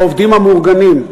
בעובדים המאורגנים.